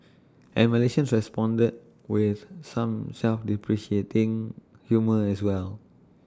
and Malaysians responded with some self deprecating humour as well